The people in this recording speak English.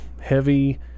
heavy